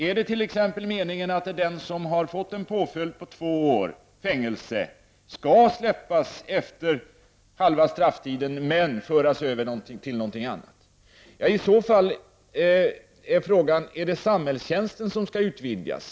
Är det t.ex. meningen att den som har fått en påföljd på två års fängelse skall släppas efter halva strafftiden, men föras över till annan påföljd? I så fall är nästa fråga: Är det samhällstjänsten som skall utvidgas?